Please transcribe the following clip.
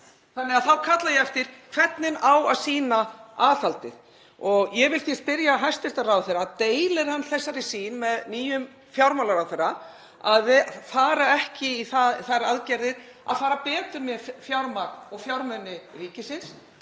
Þannig að þá kalla ég eftir: Hvernig á að sýna aðhaldið? Ég vil því spyrja hæstv. ráðherra: Deilir hann þeirri sýn með nýjum fjármálaráðherra að fara ekki í þær aðgerðir að fara betur með fjármagn og fjármuni ríkisins